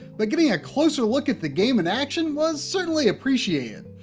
but getting a closer look at the game in action was certainly appreciated.